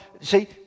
See